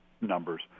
numbers